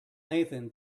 nathan